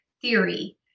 Theory